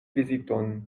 viziton